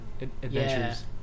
Adventures